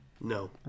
No